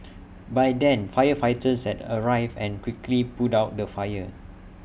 by then firefighters had arrived and quickly put out the fire